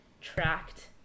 tracked